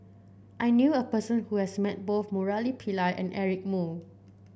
I knew a person who has met both Murali Pillai and Eric Moo